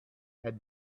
had